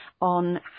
on